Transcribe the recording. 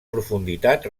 profunditat